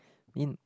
in